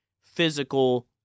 physical